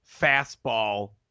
fastball